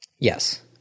Yes